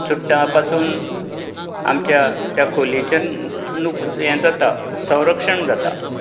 चुडटां पासून आमच्या त्या खोलिचें हें जाता संरक्षण जाता